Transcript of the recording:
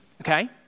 okay